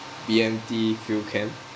B_M_T field camp